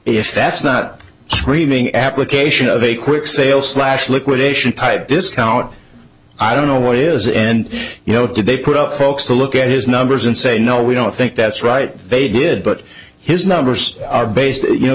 if that's not streaming application of a quick sale slash liquidation type discount i don't know what is and you know did they put up folks to look at his numbers and say no we don't think that's right they did but his numbers are based you know